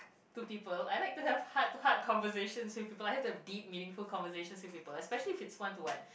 to people I like to have heart heart conversation with people I like to bet meaningful conversation with people specially it's one to one